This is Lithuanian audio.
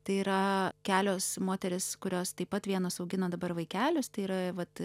tai yra kelios moterys kurios taip pat vienos augina dabar vaikelius tai yra vat